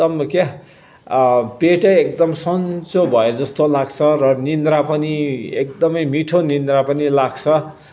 पेटै एकदम सन्चो भए जस्तो लाग्छ र निद्रा पनि एकदमै मिठो निद्रा पनि लाग्छ